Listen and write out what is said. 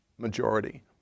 Majority